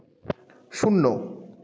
শূন্য